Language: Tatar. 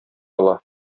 ала